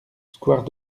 square